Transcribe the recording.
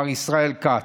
מר ישראל כץ.